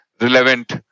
relevant